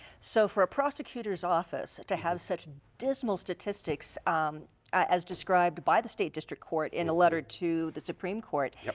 so for a prosecutor's office to have such dismal statistics as described by the state district court in a letter to the supreme court,